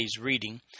reading